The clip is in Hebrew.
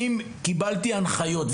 אם קיבלתי הנחיות אז יש הנחיות.